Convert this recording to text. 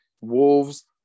Wolves